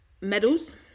medals